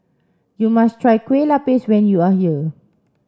you must try Kueh Lapis when you are here